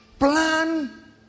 Plan